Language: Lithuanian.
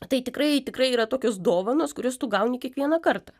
tai tikrai tikrai yra tokios dovanos kurias tu gauni kiekviena kartą